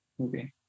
Okay